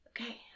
Okay